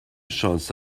شانس